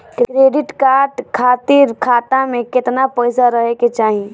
Credit card खातिर खाता में केतना पइसा रहे के चाही?